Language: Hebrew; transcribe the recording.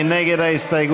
מי נגד ההסתייגות?